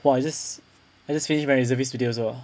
well I just I just finished my reservist today also ah